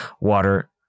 water